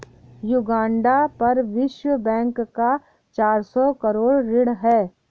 Uganda पर विश्व bank का चार सौ करोड़ ऋण है